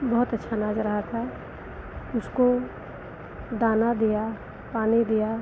बहुत अच्छा नाच रहा था उसको दाना दिया पानी दिया